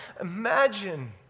Imagine